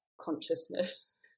consciousness